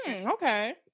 Okay